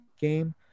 game